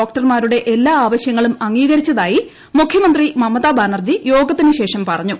ഡോക്ടർമാരുടെ എല്ലാ ആവശ്യങ്ങളും അംഗീകരിച്ചതായി മുഖ്യമന്ത്രി മമത ബാനർജി യോഗത്തിന് ശേഷം പറഞ്ഞു